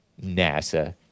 NASA